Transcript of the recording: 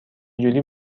جوری